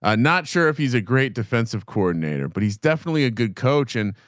ah not sure if he's a great defensive coordinator, but he's definitely a good coach. and,